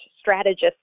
strategists